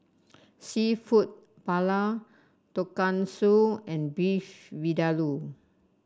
seafood Paella Tonkatsu and Beef Vindaloo